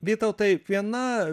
vytautai viena